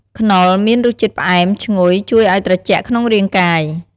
ខ្នុរមាន រសជាតិផ្អែម ឈ្ងុយ ជួយឱ្យត្រជាក់ក្នុងរាងកាយ។